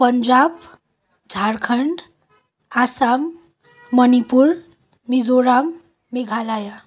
Punjab Jharkhand Assam Manipur Mizoram Meghalaya